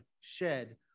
shed